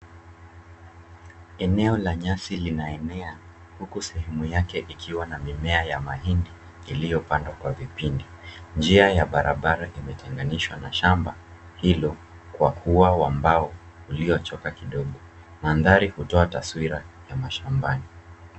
Eneo la nyasi linaenea huku sehemu yake ikiwa na mimea ya mahindi iliyopandwa kwa vipindi. Njia ya barabara imetenganishwa na shamba hilo kwa ua wa mbao ulichoka kidogo. Mandhari hutoa taswira ya mashambani.